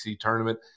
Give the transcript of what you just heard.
tournament